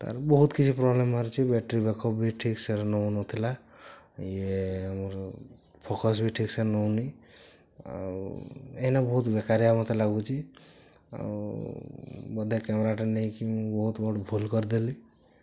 ତା'ର ବି ବହୁତ କିଛି ପ୍ରୋବ୍ଲେମ୍ ବାହାରୁଚି ବ୍ୟାଟେରୀ ବ୍ୟାକଅପ୍ ବି ଠିକ୍ସେ ନେଉନଥିଲା ଇଏ ଆମର ଫୋକସ୍ ବି ଠିକ୍ସେ ନେଉଁନି ଆଉ ଏଇନା ବହୁତ ବେକାରୀଆ ମୋତେ ଲାଗୁଛି ଆଉ ବୋଧେ କ୍ୟାମେରାଟା ନେଇକି ମୁଁ ବହୁତ ବଡ଼ ଭୁଲ କରିଦେଲି